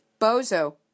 Bozo